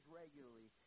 regularly